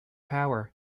power